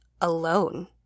alone